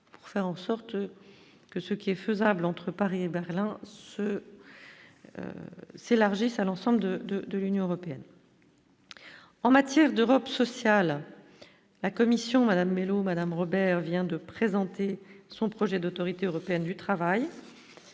pour faire en sorte que ce qui est faisable entre Paris et Berlin se s'largesses à l'ensemble de de l'Union européenne en matière d'Europe sociale, la commission Madame Mellow Madame Robert vient de présenter son projet d'autorité européenne du travail,